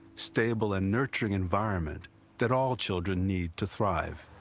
stable and nurturing environment that all children need to thrive.